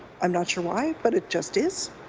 i'm not sure why. but it just is.